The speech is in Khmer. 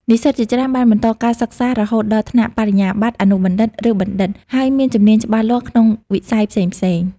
និស្សិតជាច្រើនបានបន្តការសិក្សារហូតដល់ថ្នាក់បរិញ្ញាបត្រ អនុបណ្ឌិត ឬបណ្ឌិត ហើយមានជំនាញច្បាស់លាស់ក្នុងវិស័យផ្សេងៗ។